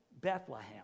Bethlehem